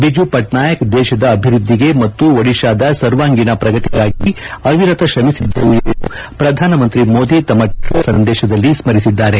ಬಿಜು ಪಟ್ನಾಯಕ್ ದೇಶದ ಅಭಿವ್ವದ್ದಿಗೆ ಮತ್ತು ಒಡಿಶಾದ ಸರ್ವಾಂಗೀಣ ಪ್ರಗತಿಗಾಗಿ ಅವಿರತ ಶ್ರಮಿಸಿದ್ದರು ಎಂದು ಪ್ರಧಾನಿ ಮೋದಿ ತಮ್ಮ ಟ್ವಿಟರ್ ಸಂದೇಶದಲ್ಲಿ ಸ್ಮರಿಸಿದ್ದಾರೆ